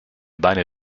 beine